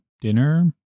dinner